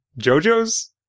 JoJo's